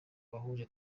wahuje